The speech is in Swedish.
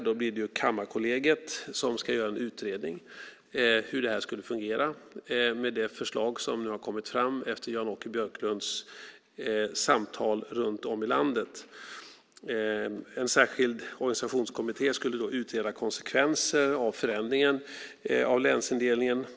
Då blir det Kammarkollegiet som ska göra en utredning av hur det skulle fungera med det förslag som har kommit fram efter Jan-Åke Björklunds samtal runt om i landet. En särskild organisationskommitté skulle då utreda konsekvenser av förändringen av länsindelningen.